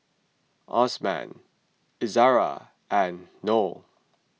Osman Izara and Noh